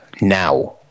now